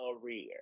career